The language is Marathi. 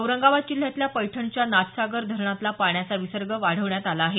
औरंगाबाद जिल्ह्यातल्या पैठणच्या नाथसागर धरणातला पाण्याचा विसर्ग वाढवण्यात आला आहे